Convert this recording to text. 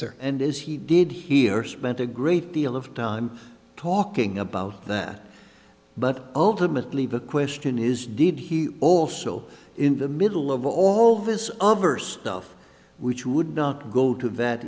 or and as he did here spent a great deal of time talking about that but ultimately the question is did he also in the middle of all this other stuff which would not go to